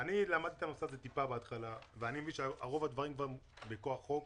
אני למדתי את הנושא הזה בהתחלה ואני מבין שרוב הדברים כבר מכוח חוק